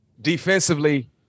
Defensively